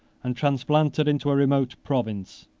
and transplanted into a remote province.